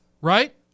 right